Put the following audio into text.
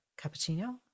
cappuccino